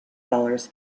dollars